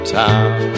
town